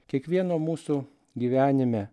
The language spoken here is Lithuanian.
kiekvieno mūsų gyvenime